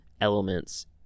elements